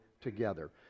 together